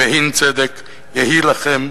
והין צדק יהיה לכם,